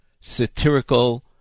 satirical